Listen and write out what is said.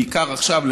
בעיקר עכשיו,